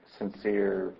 sincere